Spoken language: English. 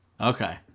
Okay